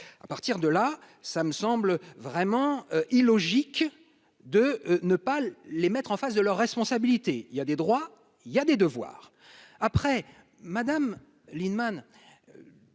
à partir de là, ça me semble vraiment illogique de ne pas les mettre en face de leurs responsabilités, il y a des droits, il y a des devoirs après Madame Lienemann